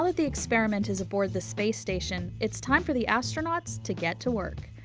ah the experiment is aboard the space station, it's time for the astronauts to get to work.